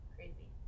Crazy